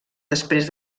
després